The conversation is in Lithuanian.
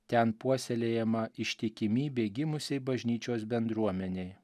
ten puoselėjama ištikimybė gimusiai bažnyčios bendruomenei